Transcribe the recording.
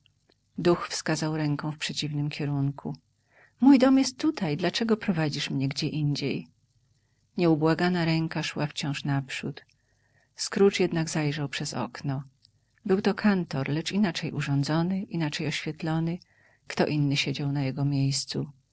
duch wskazał ręką w przeciwnym kierunku mój dom jest tutaj dlaczego prowadzisz mię gdzieindziej nieubłagana ręka szła wciąż naprzód scrooge jednak zajrzał przez okno był to kantor lecz inaczej urządzony inaczej oświetlony kto inny siedział na jego miejscu